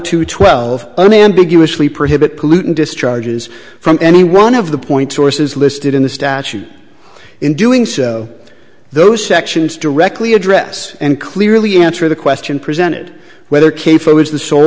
two twelve only ambiguously prohibit polluting discharges from any one of the point sources listed in the statute in doing so those sections directly address and clearly answer the question presented whether